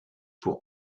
pour